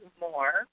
more